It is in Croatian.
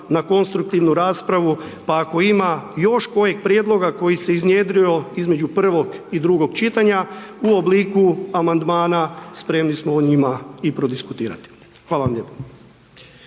na konstruktivnu raspravu pa ako ima još kojeg prijedloga koji se iznjedrio između prvog i drugog čitanja, u obliku amandmana spremni smo o njima i prodiskutirati. Hvala vam lijepo.